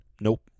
Nope